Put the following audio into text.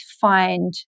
find